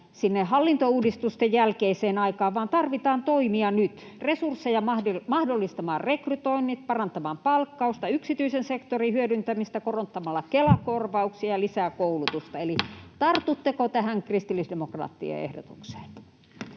sinne hallintouudistusten jälkeiseen aikaan, vaan tarvitaan toimia nyt, resursseja mahdollistamaan rekrytoinnit, parantamaan palkkausta, yksityisen sektorin hyödyntämistä korottamalla Kela-korvauksia ja lisää koulutusta, eli tartutteko tähän kristillisdemokraattien ehdotukseen?